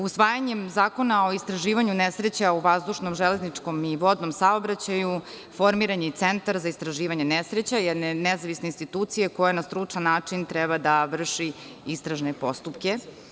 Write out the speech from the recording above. Usvajanjem Zakona o istraživanju nesreća u vazdušnom, železničkom i vodnom saobraćaju formiran je i Centar za istraživanje nesreća, jedna nezavisna institucija koja na stručan način treba da vrši istražne postupke.